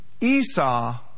Esau